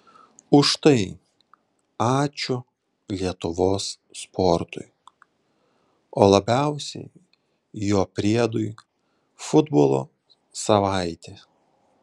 už tai ačiū lietuvos sportui o labiausiai jo priedui futbolo savaitė